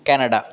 Canada